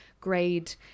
grade